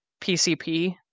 PCP